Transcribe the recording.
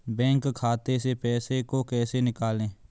Bank खाते से पैसे को कैसे निकालें?